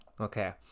Okay